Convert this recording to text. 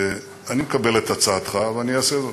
אני מקבל את הצעתך, ואני אעשה זאת